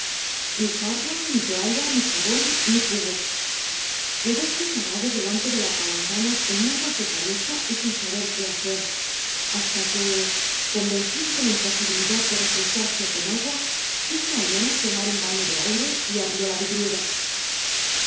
ni jarra ni tohalla ni jabón ni cubo quedóse parado delante de la palangana en mangas de camisa y sin saber qué hacer hasta que convencido de la imposibilidad de refrescarse con agua quiso al menos tomar un baño de aire y abrió la vidriera